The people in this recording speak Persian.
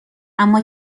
اما